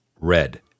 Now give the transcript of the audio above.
red